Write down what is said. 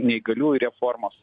neįgaliųjų reformos